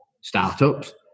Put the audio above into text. startups